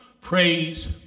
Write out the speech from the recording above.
praise